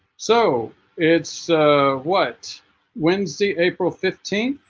so it's what wednesday april fifteen